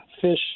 fish